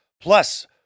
Plus